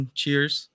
cheers